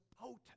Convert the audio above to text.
potent